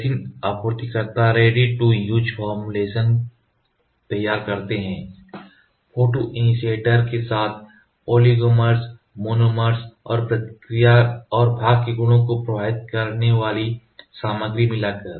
resin आपूर्तिकर्ता ready to use formulation तैयार करते हैं फोटोइनिशीऐटर के साथ ऑलिगोमर्स मोनोमर्स और प्रतिक्रिया और भाग के गुणों को प्रभावित करने वाली सामग्री मिलाकर